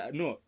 no